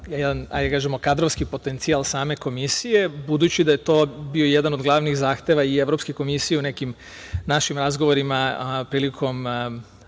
kadrovski potencijala same Komisije, budući da je to bio jedan od glavnih zahteva i Evropske komisije u nekim našim razgovorima prilikom